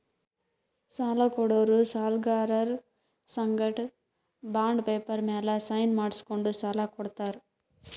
ಸಾಲ ಕೊಡೋರು ಸಾಲ್ಗರರ್ ಸಂಗಟ ಬಾಂಡ್ ಪೇಪರ್ ಮ್ಯಾಲ್ ಸೈನ್ ಮಾಡ್ಸ್ಕೊಂಡು ಸಾಲ ಕೊಡ್ತಾರ್